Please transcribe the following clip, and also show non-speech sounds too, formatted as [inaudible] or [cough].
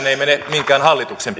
[unintelligible] ei mene minkään hallituksen